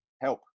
help